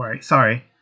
Sorry